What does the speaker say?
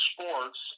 sports